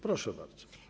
Proszę bardzo.